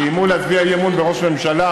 שאיימו להצביע אי-אמון בראש הממשלה.